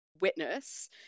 Witness